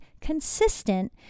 consistent